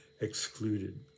excluded